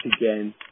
again